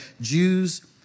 Jews